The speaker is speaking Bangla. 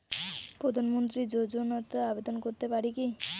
প্রধানমন্ত্রী যোজনাতে আবেদন করতে পারি কি?